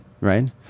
right